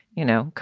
you know,